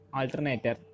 alternator